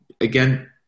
Again